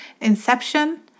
inception